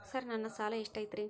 Sir ನನ್ನ ಸಾಲಾ ಎಷ್ಟು ಐತ್ರಿ?